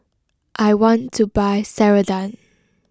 I want to buy Ceradan